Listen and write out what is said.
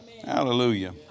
Hallelujah